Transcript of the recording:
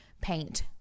paint